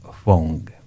Fong